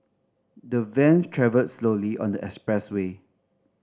the van travelled slowly on the expressway